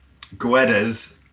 Guedes